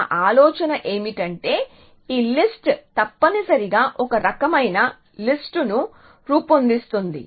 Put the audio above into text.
నా ఆలోచన ఏమిటంటే ఈ లిస్ట్ తప్పనిసరిగా ఒక రకమైన లిస్ట్ ను రూపొందిస్తుంది